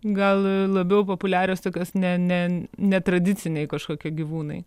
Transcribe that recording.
gal labiau populiarios tokios ne ne netradiciniai kažkokie gyvūnai